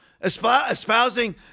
espousing